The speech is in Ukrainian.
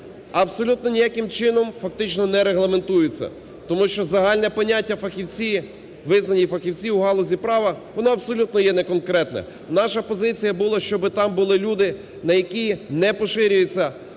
абсолютно ніяким чином фактично не регламентується? Тому що загальне поняття "фахівці", визнані фахівці у галузі права, воно абсолютно є не конкретне. Наша позиція була, щоб там були люди, на яких не поширюється позиція